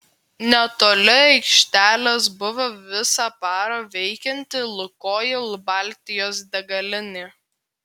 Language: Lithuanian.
netoli aikštelės buvo visą parą veikianti lukoil baltijos degalinė